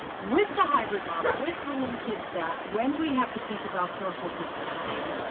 with the hybrid model, with bringing kids back, when we have to think about social distancing,